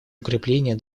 укрепления